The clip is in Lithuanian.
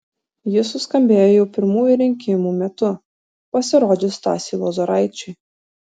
ji suskambėjo jau pirmųjų rinkimų metu pasirodžius stasiui lozoraičiui